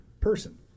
person